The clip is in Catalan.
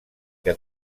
que